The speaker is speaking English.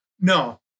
No